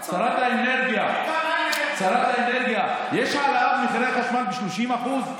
שרת האנרגיה, יש העלאה במחירי החשמל ב-30%?